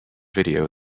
video